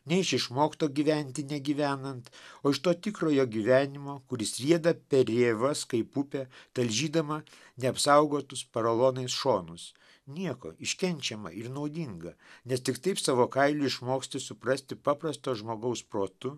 nejučia išmokto gyventi negyvenant o iš to tikrojo gyvenimo kuris rieda per rėvas kaip upė talžydama neapsaugotus paralonais šonus nieko iškenčiamą ir naudinga nes tik taip savo kailiu išmoksti suprasti paprasto žmogaus protu